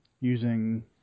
using